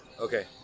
Okay